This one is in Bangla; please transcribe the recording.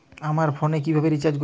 আমার ফোনে কিভাবে রিচার্জ করবো?